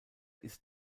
ist